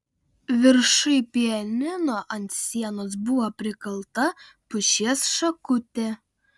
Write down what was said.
viršuj pianino ant sienos buvo prikalta pušies šakutė